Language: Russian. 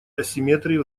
асимметрии